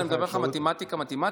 אני מדבר איתך מתמטיקה, מתמטיקה.